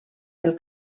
del